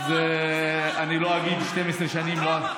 אז אני לא אגיד: 12 שנים לא,